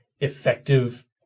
effective